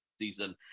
season